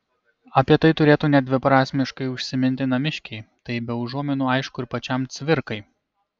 apie tai turėtų nedviprasmiškai užsiminti namiškiai tai be užuominų aišku ir pačiam cvirkai